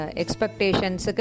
expectations